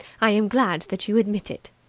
i am glad that you admit it.